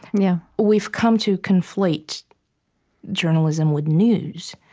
yeah we've come to conflate journalism with news,